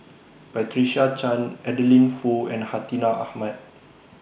Patricia Chan Adeline Foo and Hartinah Ahmad